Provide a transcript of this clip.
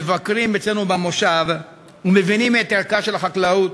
המבקרים אצלנו במושב ומבינים את ערכה של החקלאות,